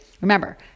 Remember